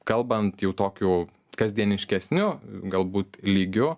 kalbant jau tokiu kasdieniškesniu galbūt lygiu